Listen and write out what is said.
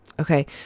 Okay